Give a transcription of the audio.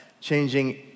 changing